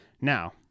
Now